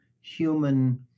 human